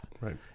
Right